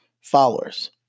followers